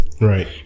Right